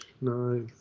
Nice